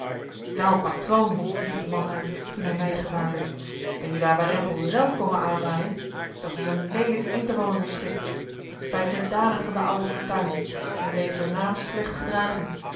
wel patroon riep de man uit toen hij mij gewaarwerd ben je daar warempel zelf komen aanwaaien dat is een leelijke interval met ons schip het spijt mij danig van de ouwe fortuin en ze heeft er naam slecht gedragen